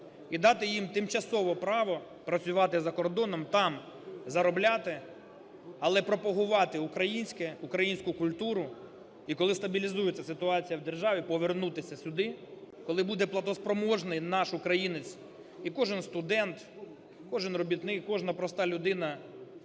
і дати їм тимчасове право працювати за кордоном, там заробляти, але пропагувати українське, українську культуру, і коли стабілізується ситуація в державі, повернутися сюди, коли буде платоспроможний наш українець,і кожен студент, кожен робітник, кожна проста людина,